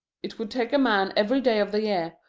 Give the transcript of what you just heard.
it would take a man every day of the year,